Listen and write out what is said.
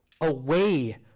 away